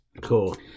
Cool